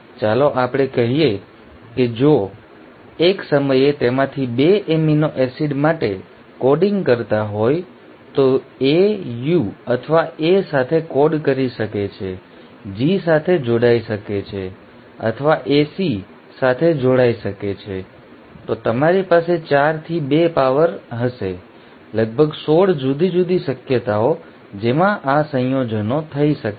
ચાલો આપણે કહીએ કે જો એક સમયે તેમાંથી 2 એમિનો એસિડ માટે કોડિંગ કરતા હોય તો A U અથવા A સાથે કોડ કરી શકે છે G સાથે જોડાઈ શકે છે અથવા A C સાથે જોડાઈ શકે છે તો તમારી પાસે 4 થી 2 પાવર 2 હશે લગભગ 16 જુદી જુદી શક્યતાઓ જેમાં આ સંયોજનો થઈ શકે છે